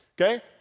okay